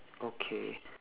okay